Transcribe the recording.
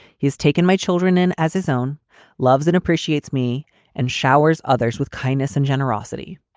he's taken my children in as his own loves and appreciates me and showers others with kindness and generosity.